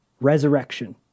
Resurrection